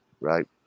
Right